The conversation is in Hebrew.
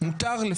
בישראל מותר,